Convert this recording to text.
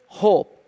hope